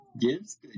gives